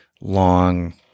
long